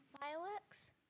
Fireworks